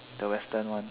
the western one